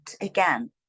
again